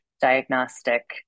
diagnostic